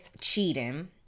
cheating